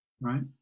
right